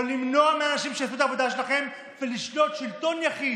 או למנוע מאנשים שיעשו את העבודה שלהם ולשלוט שלטון יחיד,